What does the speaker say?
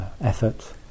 effort